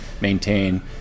maintain